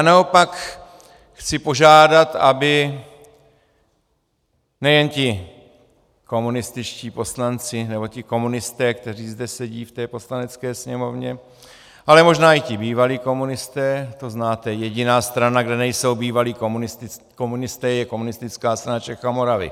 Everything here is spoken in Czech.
Naopak chci požádat, aby nejen ti komunističtí poslanci, nebo ti komunisté, kteří zde sedí v Poslanecké sněmovně, ale možná i ti bývalí komunisté to znáte, jediná strana, kde nejsou bývalí komunisté, je Komunistická strana Čech a Moravy.